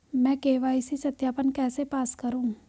मैं के.वाई.सी सत्यापन कैसे पास करूँ?